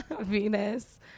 venus